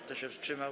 Kto się wstrzymał?